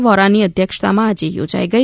વોરાની અધ્યક્ષતામાં આજે યોજાઈ ગઈ